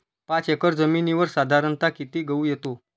पाच एकर जमिनीवर साधारणत: किती गहू येतो?